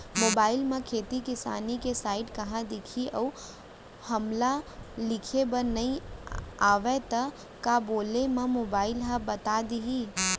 Mobile म खेती किसानी के साइट कहाँ दिखही अऊ हमला लिखेबर नई आय त का बोले म मोबाइल ह बता दिही?